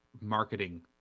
marketing